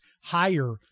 higher